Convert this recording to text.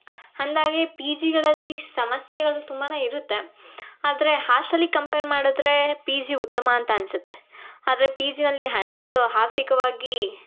ಹಾಗಾಗಿ ಪಿ ಜಿಗಳಲ್ಲಿ ಸಮಸ್ಯೆಗಳು ತುಂಬಾ ಇರುತ್ತೆ ಆದರೆ ಹಾಸ್ಟೆಲಿಗೆ ಕಂಪೇರ್ ಮಾಡಿದ್ರೆ ಪಿ ಜಿ ಉತ್ತಮ ಅಂತ ಅನಿಸುತ್ತೆ ಆದರೆ ಪಿ ಜಿನಲ್ಲಿ ಹಣದ್ದು ಆರ್ಥಿಕವಾಗಿ